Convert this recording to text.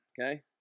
Okay